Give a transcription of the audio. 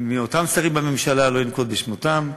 מאותם שרים בממשלה, לא אנקוב בשמותיהם,